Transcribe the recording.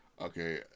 Okay